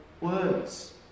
words